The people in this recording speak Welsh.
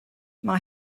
mae